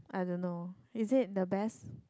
I don't know is it the best